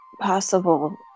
possible